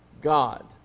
God